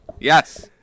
Yes